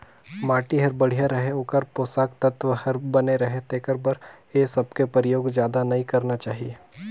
माटी हर बड़िया रहें, ओखर पोसक तत्व हर बने रहे तेखर बर ए सबके परयोग जादा नई करना चाही